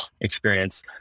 experience